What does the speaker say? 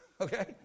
Okay